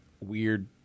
weird